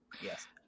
Yes